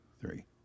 three